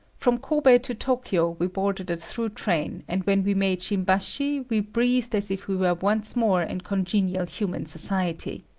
from kobe to tokyo we boarded a through train and when we made shimbashi, we breathed as if we were once more in congenial human society.